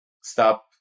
stop